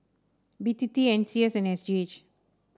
B T T N C S and S G H